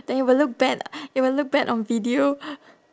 then it will look bad it will look bad on video